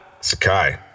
sakai